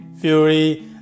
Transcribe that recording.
fury